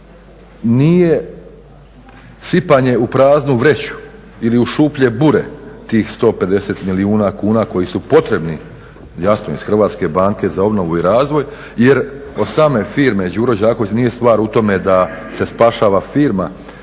nije sipanje u praznu veću ili u šuplje bure tih 150 milijuna kuna koji su potrebni jasno iz Hrvatske banke za obnovu i razvoj jer od same firme Đuro Đaković nije stvar u tome da se spašava firma